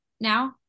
now